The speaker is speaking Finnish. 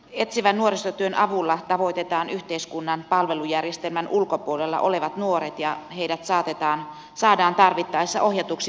etsivän nuorisotyön avulla tavoitetaan yhteiskunnan palvelujärjestelmän ulkopuolella olevat nuoret ja heidät saadaan tarvittaessa ohjatuksi jatkotoimenpiteisiin